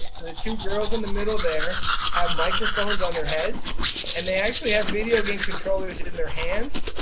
so the two girls in the middle there have microphones on their heads and they actually have video game controllers in their hands.